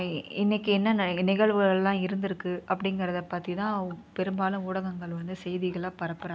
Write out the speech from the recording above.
இன்னக்கு என்ன நிகழ்வுகள் எல்லாம் இருந்துருக்கு அப்படிங்குறத பற்றி தான் பெரும்பாலும் ஊடகங்கள் வந்து செய்திகளாக பரப்புறாங்க